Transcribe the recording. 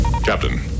Captain